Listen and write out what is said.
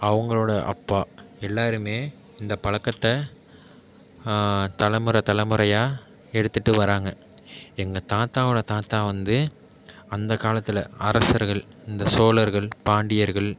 அவங்களோட அப்பா எல்லோருமே இந்த பழக்கத்தை தலைமுறை தலைமுறையாக எடுத்துகிட்டு வராங்க எங்கள் தாத்தாவோடய தாத்தா வந்து அந்த காலத்தில் அரசர்கள் இந்த சோழர்கள் பாண்டியர்கள்